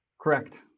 Correct